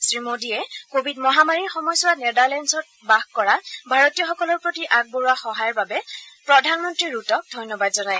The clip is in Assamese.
শ্ৰীমোদীয়ে কোৱিড মহামাৰীৰ সময়ছোৱাত নেডাৰলেণ্ডছ্ত বাস কৰা ভাৰতীয়সকলৰ প্ৰতি আগবঢ়োৱা সহায়ৰ বাবে প্ৰধানমন্ত্ৰী ৰুটক ধন্যবাদ জনায়